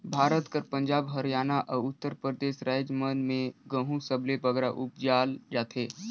भारत कर पंजाब, हरयाना, अउ उत्तर परदेस राएज मन में गहूँ सबले बगरा उपजाल जाथे